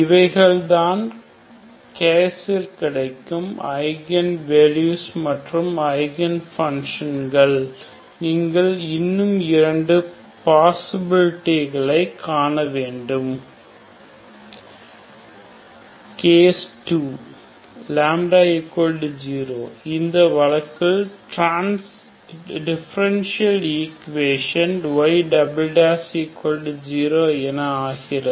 இவைகள் தான் கேஸில் கிடைக்கும் ஐகன் வேல்யூகள் மற்றும் ஐகன் பங்க்ஷன் களை நீங்கள் இன்னும் இரண்டு பாஸிபிலிடிகளை காண வேண்டும் λ0 λ0 கேஸ் 2 λ0 இந்த வழக்கில் டிஃபரென்ஷியல் ஈக்குவேஷன் y0 என ஆகிறது